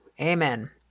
amen